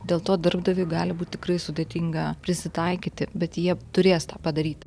dėl to darbdaviui gali būt tikrai sudėtinga prisitaikyti bet jie turės tą padaryt